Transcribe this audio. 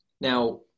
Now